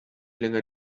lange